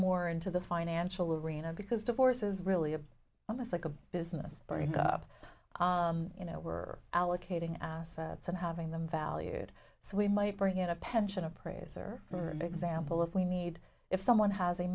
more into the financial rina because divorce is really a almost like a business breakup you know we're allocating assets and having them valued so we might bring in a pension appraiser for example if we need if someone has a